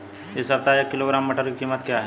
इस सप्ताह एक किलोग्राम मटर की कीमत क्या है?